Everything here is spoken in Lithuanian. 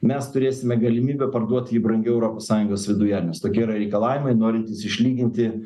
mes turėsime galimybę parduot jį brangiau europos sąjungos viduje nes tokie yra reikalavimai norintys išlyginti